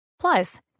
Plus